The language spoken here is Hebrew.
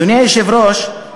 אדוני היושב-ראש,